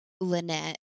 Lynette